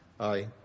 Aye